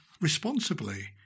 responsibly